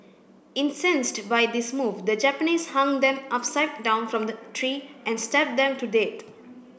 incensed by this move the Japanese hung them upside down from the tree and stabbed them to dead